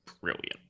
brilliant